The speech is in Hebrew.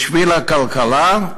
בשביל הכלכלה,